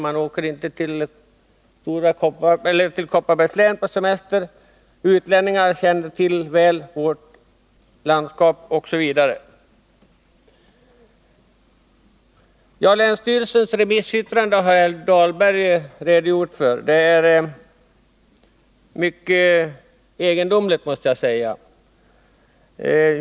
Man reser till Dalarna, inte till Kopparberg, på semester, utlänningar känner väl till vårt landskap, osv. Länsstyrelsens redovisning har herr Dahlberg redogjort för. Jag måste säga att den är mycket egendomlig.